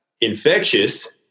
infectious –